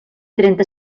trenta